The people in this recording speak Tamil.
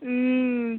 ம்